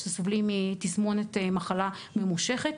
סובלים מתסמונת מחלה ממשוכת,